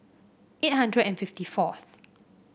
eight hundred and fifty fourth